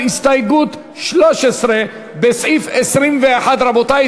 על הסתייגות מס' 13 לסעיף 21. רבותי,